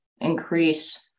increase